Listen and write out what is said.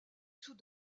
sous